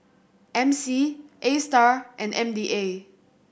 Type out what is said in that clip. MC Astar and M D A